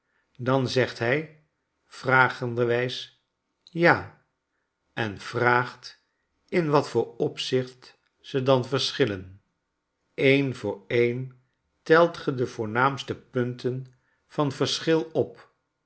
dan zegt hij vragenderwijs ja en vraagt in wat voor opzicht ze dan verschillen een voor een telt ge de voornaamste punten van verschil op